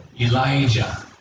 Elijah